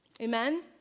Amen